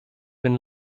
been